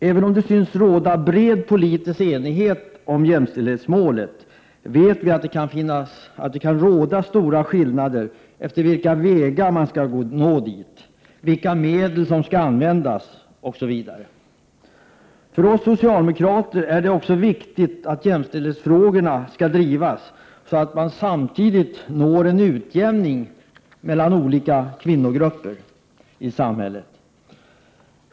Även om det i dag synes råda bred politisk enighet om jämställdhetsmålet, vet vi att det kan råda stora skillnader i uppfattningen om efter vilka vägar man skall nå dit, vilka medel som skall användas osv. För oss socialdemokrater är det också viktigt att jämställdhetsfrågorna drivs så att vi samtidigt når en utjämning mellan olika kvinnogrupper i samhället.